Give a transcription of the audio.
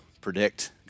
predict